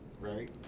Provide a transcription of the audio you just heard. right